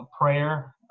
prayer